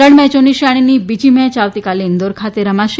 ત્રણ મેચોની શ્રેણીની બીજી મેચ આવતીકાલે ઈન્દોર ખાતે રમાશે